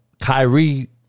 Kyrie